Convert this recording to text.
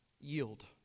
yield